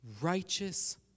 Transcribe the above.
Righteous